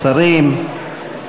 שרים,